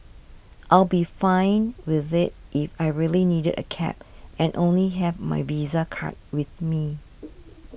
I'll be fine with it if I really needed a cab and only have my Visa card with me